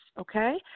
okay